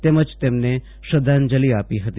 તેમજ તેમને શ્રધ્ધાંજલી આપી હતી